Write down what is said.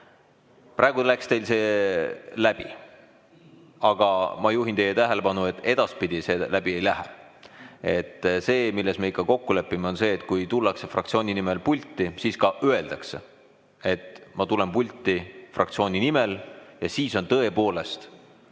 Praegu läks teil see läbi. Aga ma juhin teie tähelepanu, et edaspidi see läbi ei lähe. See, milles me kokku lepime, on ikka see, et kui tullakse fraktsiooni nimel pulti, siis ka öeldakse: "Ma tulen pulti fraktsiooni nimel." Ja siis on tõepoolest